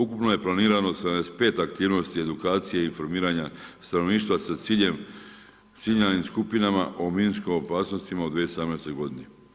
Ukupno je planirano 75 aktivnosti, edukacije i informiranja stanovništva sa ciljem, ciljanim skupinama o minskom opasnostima u 2017. godini.